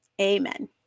amen